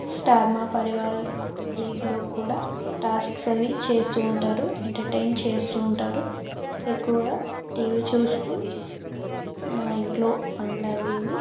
star Maa Parivaar లీగ్లో కూడా tasks అవి చేస్తూ ఉంటారు ఎంటర్టైన్ చేస్తు ఉంటారు ఎక్కువగా టీవీ చూస్తు నా ఇంట్లో పనులు అవి ఇవి